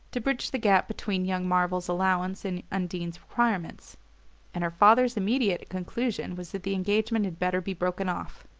to bridge the gap between young marvell's allowance and undine's requirements and her father's immediate conclusion was that the engagement had better be broken off.